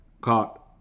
caught